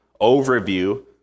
overview